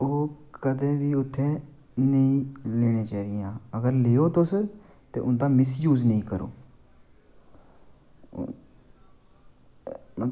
ओह् कदें बी उत्थें नेईं लैना चाहिदियां अगर लैओ तुस उंदा मिसयुज़ नेईं करो तुस